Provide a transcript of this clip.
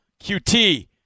QT